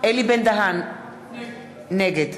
אלי בן-דהן, נגד